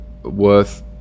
worth